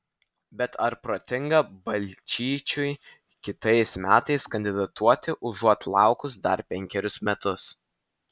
bet ar protinga balčyčiui kitais metais kandidatuoti užuot laukus dar penkerius metus